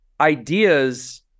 ideas